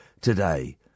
today